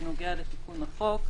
בנוגע לתיקון החוק.